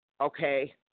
okay